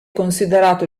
considerato